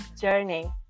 journey